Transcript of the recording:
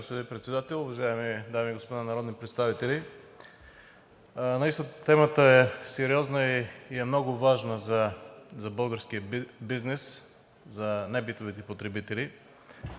сериозна и е много важна за българския бизнес, за небитовите потребители,